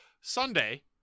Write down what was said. Sunday